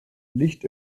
licht